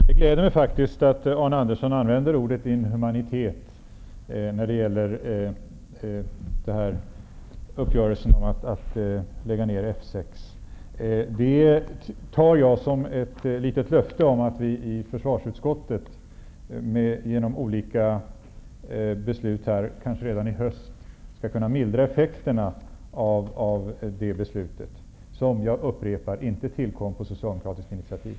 Herr talman! Det gläder mig att Arne Andersson använde ordet inhumanitet när det gäller uppgörelsen och nedläggningen av F 6. Jag tar detta som ett litet löfte om att vi i försvarsutskottet genom olika beslut kanske redan i höst skall kunna mildra effekten av nedläggningsbeslutet, som - och det vill jag upprepa - inte tillkom på socialdemokratiskt initiativ.